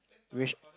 which